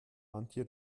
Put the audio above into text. antje